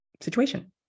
situation